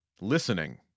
Listening